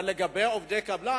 אבל לגבי עובדי קבלן,